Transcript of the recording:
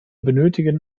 benötigen